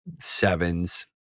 sevens